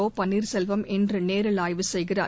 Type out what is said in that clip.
ஒபன்னீர்செல்வம் இன்று நேரில் ஆய்வு செய்கிறார்